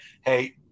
Hey